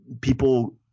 people